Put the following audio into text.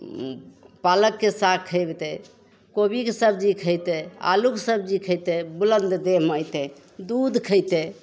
पालकके साग खइतय कोबीके सब्जी खइतय आलूके सब्जी खइतय बुलन्द देहमे अइतय दूध खइतय